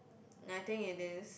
nineteen it is